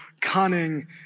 cunning